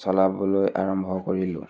চলাবলৈ আৰম্ভ কৰিলোঁ